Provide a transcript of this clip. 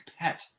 pet